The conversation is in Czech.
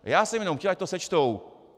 Já jsem jenom chtěl, ať to sečtou.